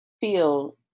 feel